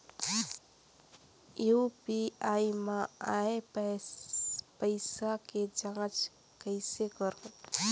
UPI मा आय पइसा के जांच कइसे करहूं?